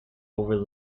over